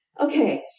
Okay